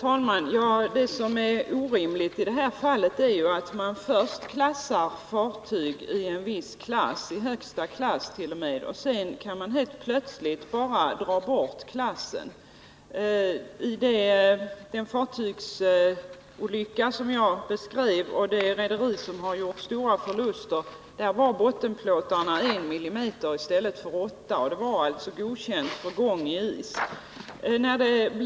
Herr talman! Det som är orimligt i detta fall är att man först klassar fartyg i en viss klass —t.o.m. i högsta klassen — och sedan helt plötsligt bara drar bort klassen. I den fartygsolycka som jag beskrev — där rederiet har gjort stora förluster — var fartygets bottenplåtar 1 mm i stället för 8. Och det var alltså godkänt för gång i is.